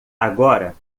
agora